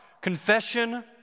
confession